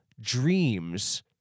dreams